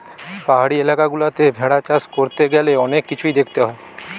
পাহাড়ি এলাকা গুলাতে ভেড়া চাষ করতে গ্যালে অনেক কিছুই দেখতে হয়